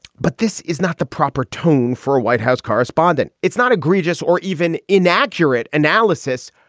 but this is not the proper tone for a white house correspondent. it's not egregious or even inaccurate analysis,